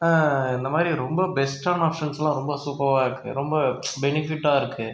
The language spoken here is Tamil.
இந்தமாதிரி ரொம்ப பெஸ்ட்டான ஆப்ஷன்ஸ்லாம் ரொம்ப சூப்பர்வா இருக்குது ரொம்ப பெனிஃபிட்டாக இருக்குது